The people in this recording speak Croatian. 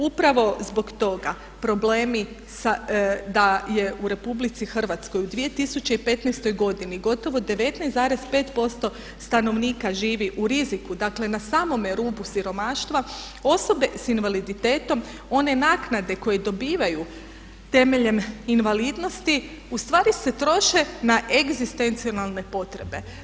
Upravo zbog toga problemi da je u RH u 2015. godini gotovo 19,5% stanovnika živi u riziku, dakle na samome rubu siromaštva, osobe s invaliditetom one naknade koje dobivaju temeljem invalidnosti u stvari se troše na egzistencijalne potrebe.